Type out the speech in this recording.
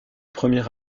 premier